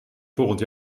volgend